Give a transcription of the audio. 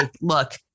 look